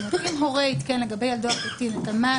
זאת אומרת אם הורה עדכן לגבי ילדו הקטין את המען